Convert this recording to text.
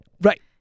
right